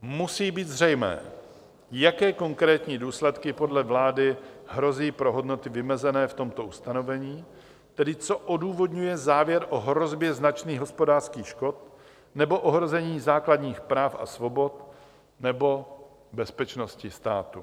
Musí být zřejmé, jaké konkrétní důsledky podle vlády hrozí pro hodnoty vymezené v tomto ustanovení, tedy co odůvodňuje závěr o hrozbě značných hospodářských škod nebo ohrožení základních práv a svobod nebo bezpečnosti státu.